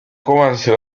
commence